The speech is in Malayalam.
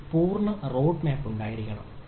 ഒരു പൂർണ്ണ റോഡ് മാപ്പ് ഉണ്ടായിരിക്കണം